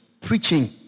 preaching